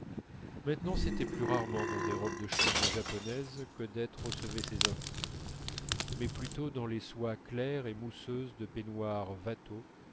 maintenant c'était plus rarement dans des robes de chambre japonaises qu'odette recevait ses intimes mais plutôt dans les soies claires et mousseuses de peignoirs